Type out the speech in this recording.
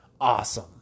awesome